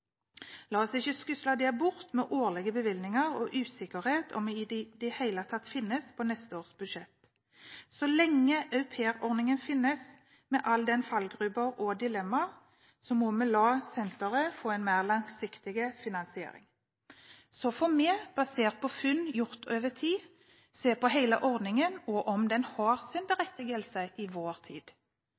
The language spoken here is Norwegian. La oss ikke skusle det bort med årlige bevilgninger og usikkerhet om de i det hele tatt finnes på neste års statsbudsjett. Så lenge aupairordningen finnes, med alle de fallgruber og dilemmaer som finnes, må vi la senteret få en mer langsiktig finansiering. Så får vi, basert på funn gjort over tid, se på hele ordningen og om den har sin berettigelse i vår tid.